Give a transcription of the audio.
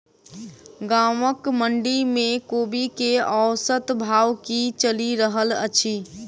गाँवक मंडी मे कोबी केँ औसत भाव की चलि रहल अछि?